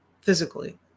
physically